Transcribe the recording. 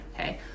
okay